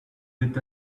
with